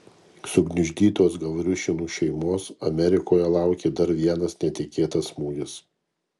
sugniuždytos gavriušinų šeimos amerikoje laukė dar vienas netikėtas smūgis